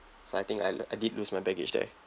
so I think I I did lose my baggage there